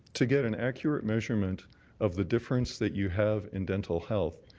to get an accurate measurement of the difference that you have in dental health,